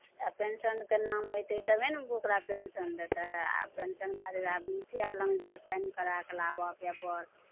आ पेंशनके नाम अयतै तबे ने ओकरा पेंशन देतै आ पेंशन खातिर आब मुखिया लग जा साइन करा कऽ लाबह पेपर